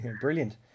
Brilliant